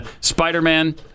Spider-Man